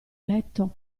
letto